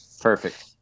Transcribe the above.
Perfect